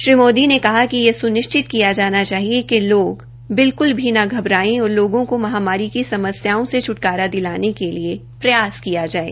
श्री मोदी ने कहा कि यह सुनिश्चित किया जाना चाहिए कि लोग बिल्कुल भी न घबरायें और लोगों को महमारी की समस्याओं से छटकारा दिलाने के लिए प्रयास किये जायें